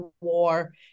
war